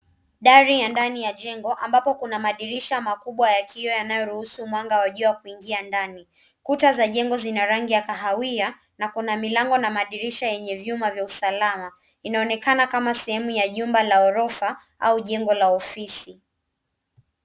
Dari ya ndani ya jengo ambapo kuna madirisha makubwa ya kioo yanayoruhusu mwanga wa jua kuingia ndani. Kuta za jengo zina rangi ya kahawia na kuna milango na madirisha yenye vyuma vya usalama. Inaonekana kama sehemu ya jumba la ghorofa au jengo la ofisi.